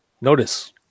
notice